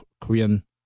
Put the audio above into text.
Korean